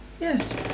yes